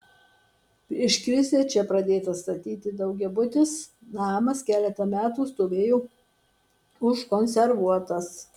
prieš krizę čia pradėtas statyti daugiabutis namas keletą metų stovėjo užkonservuotas